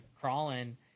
crawling